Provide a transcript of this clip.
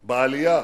בעלייה,